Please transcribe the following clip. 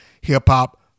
hip-hop